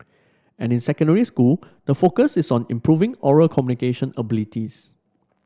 and in secondary school the focus is on improving oral communication abilities